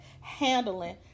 handling